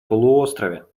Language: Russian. полуострове